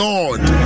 Lord